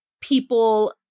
people